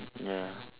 ya